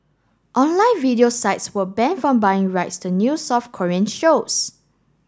online video sites were banned from buying rights to new South Korean shows